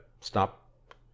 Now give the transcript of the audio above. stop